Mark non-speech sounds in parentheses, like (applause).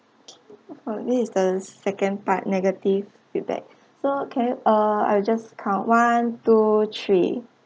(noise) this is the second part negative feedback so can I uh I just count one two three